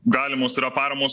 galimos yra paramos